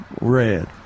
red